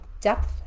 depth